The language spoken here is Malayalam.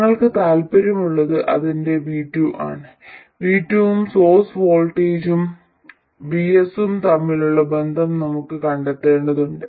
ഞങ്ങൾക്ക് താൽപ്പര്യമുള്ളത് അതിന്റെ V2 ആണ് V2 ഉം സോഴ്സ് വോൾട്ടേജ് VS ഉം തമ്മിലുള്ള ബന്ധം നമുക്ക് കണ്ടെത്തേണ്ടതുണ്ട്